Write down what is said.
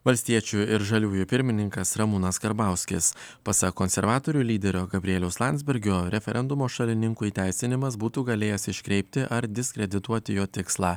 valstiečių ir žaliųjų pirmininkas ramūnas karbauskis pasak konservatorių lyderio gabrieliaus landsbergio referendumo šalininkų įteisinimas būtų galėjęs iškreipti ar diskredituoti jo tikslą